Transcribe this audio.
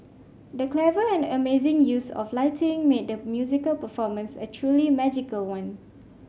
the clever and amazing use of lighting made the musical performance a truly magical one